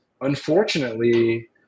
unfortunately